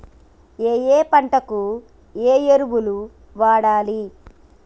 ఏయే పంటకు ఏ ఎరువులు వాడాలి?